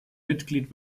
mitglied